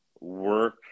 work